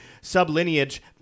sub-lineage